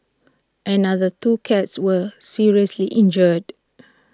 another two cats were seriously injured